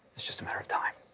it's just a matter of time.